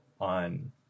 on